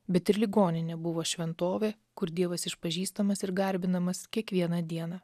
bet ir ligoninė buvo šventovė kur dievas išpažįstamas ir garbinamas kiekvieną dieną